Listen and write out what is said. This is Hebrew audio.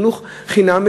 חינוך חינם,